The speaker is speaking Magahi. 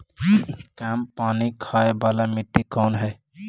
कम पानी खाय वाला मिट्टी कौन हइ?